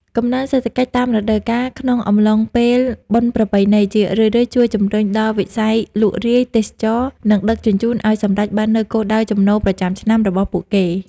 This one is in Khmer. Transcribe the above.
កំណើនសេដ្ឋកិច្ចតាមរដូវកាលក្នុងអំឡុងពេលបុណ្យប្រពៃណី ជារឿយៗជួយជំរុញដល់វិស័យលក់រាយ ទេសចរណ៍ និងដឹកជញ្ជូនឱ្យសម្រេចបាននូវគោលដៅចំណូលប្រចាំឆ្នាំរបស់ពួកគេ។